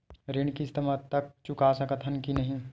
ऋण किस्त मा तक चुका सकत हन कि नहीं?